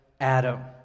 Adam